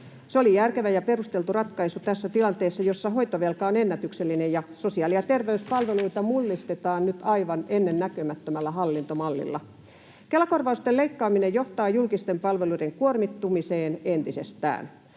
Se oli järkevä ja perusteltu ratkaisu tässä tilanteessa, jossa hoitovelka on ennätyksellinen ja sosiaali- ja terveyspalveluita mullistetaan nyt aivan ennennäkemättömällä hallintomallilla. Kela-korvausten leikkaaminen johtaa julkisten palveluiden kuormittumiseen entisestään.